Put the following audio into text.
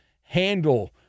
handle